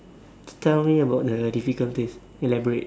tell me about the difficulties elaborate